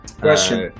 Question